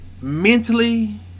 mentally